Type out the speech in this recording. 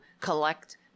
collect